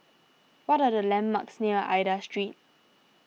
what are the landmarks near Aida Street